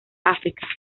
áfrica